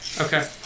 Okay